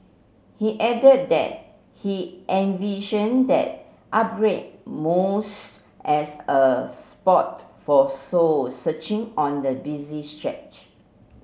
he added that he envision that as a spot for soul searching on the busy stretch